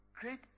great